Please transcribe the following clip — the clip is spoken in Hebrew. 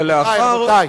רבותי.